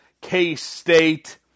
K-State